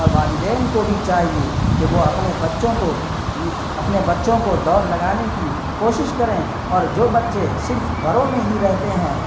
اور والدین کو بھی چاہیے کہ وہ اپنے بچوں کو اپنے بچوں کو دوڑ لگانے کی کوشش کریں اور جو بچے صرف گھروں میں ہی رہتے ہیں